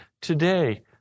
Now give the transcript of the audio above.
Today